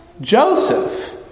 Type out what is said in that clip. Joseph